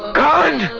god!